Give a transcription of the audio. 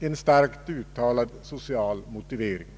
en starkt uttalad social motivering.